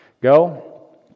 Go